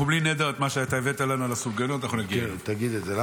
בלי נדר, מה שהבאת על הסופגניות, אנחנו נגיע לזה.